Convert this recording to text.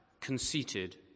conceited